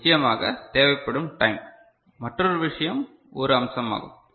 நிச்சயமாக தேவைப்படும் டைம் மற்றொரு விஷயம் ஒரு அம்சமாகும்